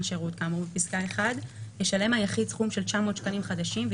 שירות כאמור בפסקה (1) ישלם היחיד סכום של 900 שקלים חדשים,